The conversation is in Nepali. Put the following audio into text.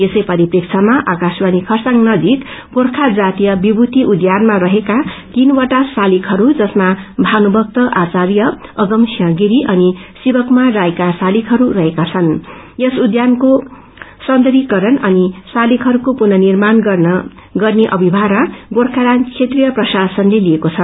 यसै परिप्रेस्यमा आकाशवाणी खरसाङ नजिक गोखा जातिय विमूति उध्यानमा रहेका तीनवटा शालिगहरू जसमा भानुषक्त आर्चाय अगमसिंह गिरी अनि शिवकुमार राईका शालिगहरू रहेका छन् यस उष्यानको सौन्दयीकारण अनिशालिगहरूको पुननिर्माण गर्ने अभिमार गोखाल्याण्ड क्षेत्रिय प्रशासनले लिएको छ